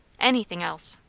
anything else.